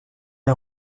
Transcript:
est